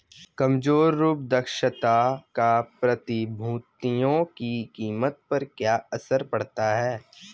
कमजोर रूप दक्षता का प्रतिभूतियों की कीमत पर क्या असर पड़ता है?